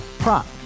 Prop